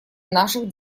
наших